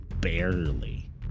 barely